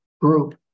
group